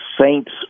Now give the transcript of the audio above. Saints